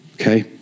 Okay